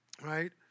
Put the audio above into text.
right